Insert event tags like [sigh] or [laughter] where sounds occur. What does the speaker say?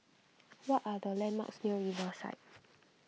[noise] what are the landmarks near Riverside